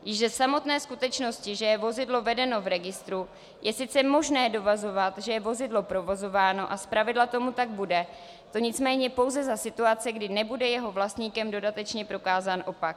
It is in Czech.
Již ze samotné skutečnosti, že je vozidlo vedeno v registru, je sice možné dovozovat, že je vozidlo provozováno, a zpravidla tomu tak bude, to nicméně pouze za situace, kdy nebude jeho vlastníkem dodatečně prokázán opak.